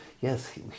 yes